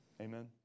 Amen